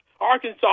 Arkansas